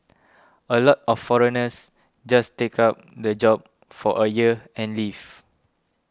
a lot of foreigners just take up the job for a year and leave